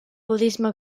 budisme